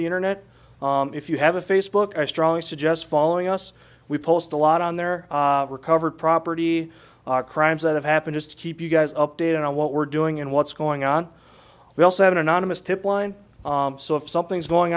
the internet if you have a facebook i strongly suggest following us we post a lot on their recovered property crimes that have happened is to keep you guys updated on what we're doing and what's going on we also have an anonymous tip line so if something's going